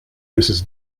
mrs